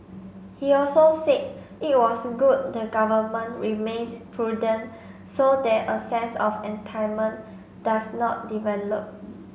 he also said it was good the Government remains prudent so that a sense of does not develop